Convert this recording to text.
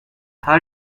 how